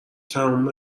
تمام